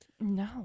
No